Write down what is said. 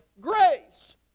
grace